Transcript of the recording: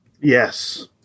Yes